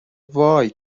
وای